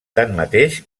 tanmateix